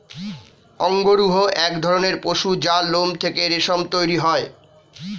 অঙ্গরূহ এক ধরণের পশু যার লোম থেকে রেশম তৈরি হয়